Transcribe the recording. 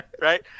right